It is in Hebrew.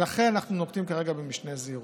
ולכן אנחנו נוקטים כרגע משנה זהירות.